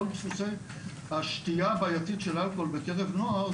כל דפוסי השתייה הבעייתית של אלכוהול בקרב נוער,